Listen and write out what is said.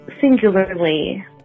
singularly